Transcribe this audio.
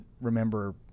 remember